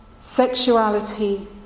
sexuality